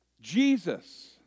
Jesus